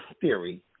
theory